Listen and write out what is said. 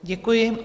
Děkuji.